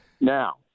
Now